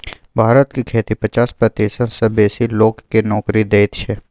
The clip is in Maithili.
भारत के खेती पचास प्रतिशत सँ बेसी लोक केँ नोकरी दैत छै